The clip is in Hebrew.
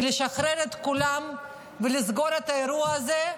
כי לשחרר את כולם ולסגור את האירוע הזה,